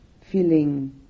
feeling